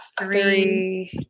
three